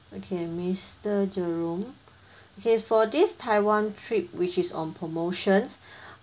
okay mister jerome okay for this taiwan trip which is on promotions